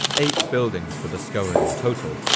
eight buildings were discovered in total,